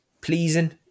pleasing